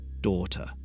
daughter